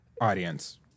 audience